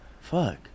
Fuck